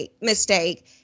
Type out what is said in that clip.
mistake